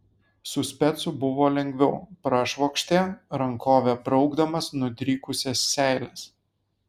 su specu buvo lengviau prašvokštė rankove braukdamas nudrykusias seiles